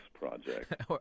Project